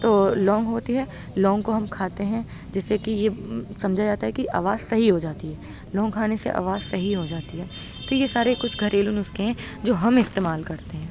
تو لونگ ہوتی ہے لونگ کو ہم کھاتے ہیں جس سے کہ یہ سمجھا جاتا ہے کہ آواز صحیح ہو جاتی ہے لونگ کھانے سے آواز صحیح ہو جاتی ہے تو یہ سارے کچھ گھریلو نسخے ہیں جو ہم استعمال کرتے ہیں